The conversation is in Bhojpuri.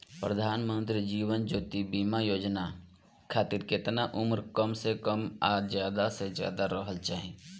प्रधानमंत्री जीवन ज्योती बीमा योजना खातिर केतना उम्र कम से कम आ ज्यादा से ज्यादा रहल चाहि?